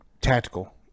Tactical